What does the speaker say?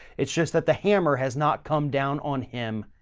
it's just that the hammer has not come down on him.